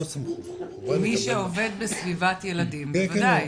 מי שעובד בסביבת ילדים, בוודאי.